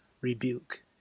rebuke